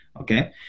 okay